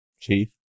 Chief